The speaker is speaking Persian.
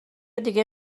دیگه